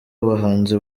abahanzi